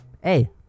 hey